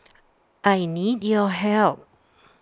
I need your help